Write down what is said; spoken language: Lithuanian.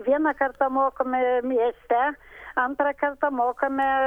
vieną kartą mokame mieste antrą kartą mokame